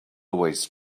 waste